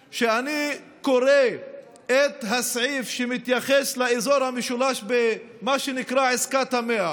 שאני קורא את הסעיף שמתייחס לאזור המשולש במה שנקרא עסקת המאה